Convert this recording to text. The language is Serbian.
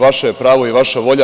Vaše je pravo i vaša je volja.